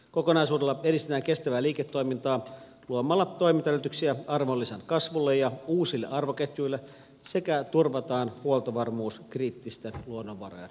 kokonaisuudella edistetään kestävää liiketoimintaa luomalla toimintaedellytyksiä arvonlisän kasvulle ja uusille arvoketjuille sekä turvataan huoltovarmuus kriittisten luonnonvarojen osalta